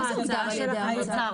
מה זה הוגדר על ידי האוצר?